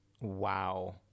Wow